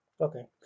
Okay